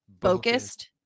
Focused